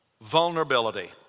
vulnerability